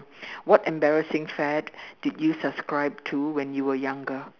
what embarrassing fad did you subscribe to when you were younger